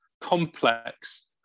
complex